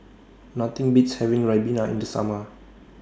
Nothing Beats having Ribena in The Summer